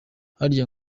harya